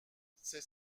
c’est